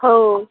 ହଉ